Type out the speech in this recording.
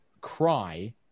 cry